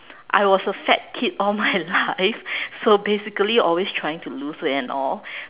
I was a fat kid all my life so basically always trying to lose weight and all